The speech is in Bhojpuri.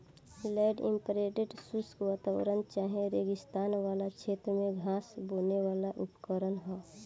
लैंड इम्प्रिंटेर शुष्क वातावरण चाहे रेगिस्तान वाला क्षेत्र में घास बोवेवाला उपकरण ह